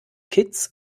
kitts